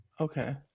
okay